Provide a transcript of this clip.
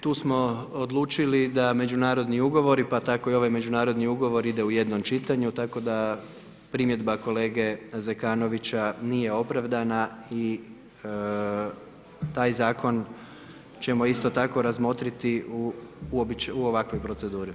Tu smo odlučili da međunarodni ugovori pa tako i ovaj međunarodni ugovor ide u jednom čitanju tako da primjedba kolege Zekanovića nije opravdana i taj zakon ćemo isto tako razmotriti u ovakvoj proceduri.